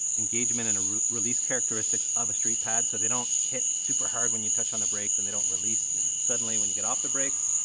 engagement and ah release characteristics of a street pad. so they don't hit super hard when you touch on the brakes and they don't release suddenly when you get off the brakes.